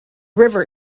river